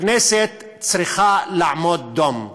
הכנסת צריכה לעמוד דום.